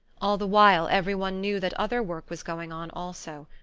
all the while, every one knew that other work was going on also.